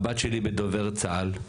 הבת שלי בדובר צה"ל.